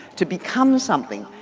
to become something.